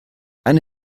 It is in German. eine